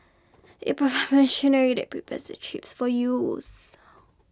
it provides machinery that prepares the chips for use